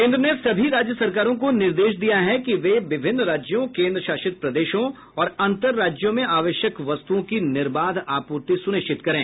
केंद्र ने सभी राज्य सरकारों को निर्देश दिया है कि वे विभिन्न राज्यों केंद्र शासित प्रदेशों और अंतर राज्यों में आवश्यक वस्तुओं की निर्बाध आपूर्ति सुनिश्चित करें